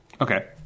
Okay